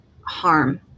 harm